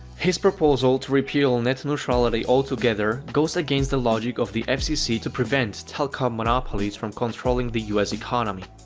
his proposal to repeal net neutrality altogether goes against the logic of the fcc to prevent telcom monopolies from controlling the us economy.